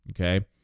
Okay